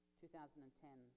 2010